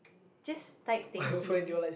just type thank you